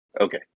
Okay